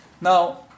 Now